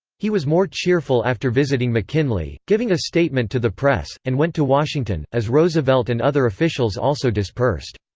he was more cheerful after visiting mckinley, giving a statement to the press, and went to washington, as roosevelt and other officials also dispersed.